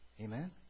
Amen